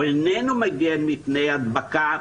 איננו מגן מפני הדבקה,